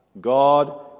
God